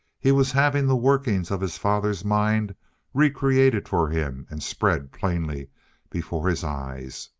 he was having the workings of his father's mind re-created for him and spread plainly before his eyes.